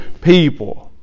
people